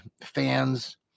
fans